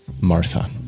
Martha